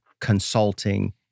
Consulting